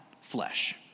Flesh